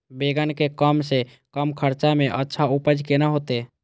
बेंगन के कम से कम खर्चा में अच्छा उपज केना होते?